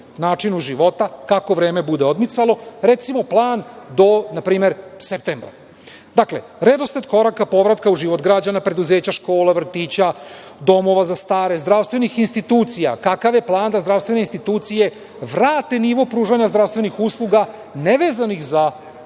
načinu života kako vreme bude odmicalo. Recimo, plan do, na primer, septembra. Dakle, redosled koraka povratka u život građana, preduzeća, škola, vrtića, domova za stare, zdravstvenih institucija - kakav je plan da zdravstvene institucije vrate nivo pružanja zdravstvenih usluga nevezanih za aktuelnu